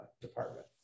department